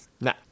No